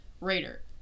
Raider